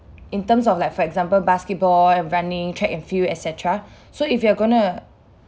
in terms of like for example basketball and running track and field et cetera so if you are gonna